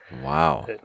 Wow